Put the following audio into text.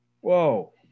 Whoa